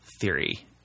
theory